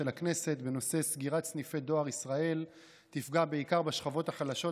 הכנסת בנושא: סגירת סניפי דואר ישראל תפגע בעיקר בשכבות החלשות,